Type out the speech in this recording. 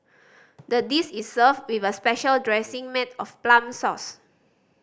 the dish is served with a special dressing made of plum sauce